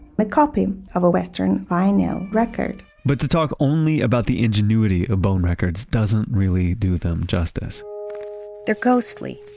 like copy of a western vinyl record but to talk only about the ingenuity of bone records doesn't really do them justice they're ghostly,